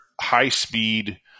high-speed